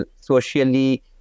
socially